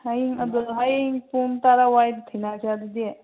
ꯍꯌꯦꯡ ꯑꯗꯨꯝ ꯍꯌꯦꯡ ꯄꯨꯡ ꯇꯔꯥ ꯑꯗ꯭ꯋꯥꯏꯗ ꯊꯦꯡꯅꯁꯦ ꯑꯗꯨꯗꯤ